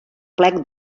plec